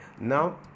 Now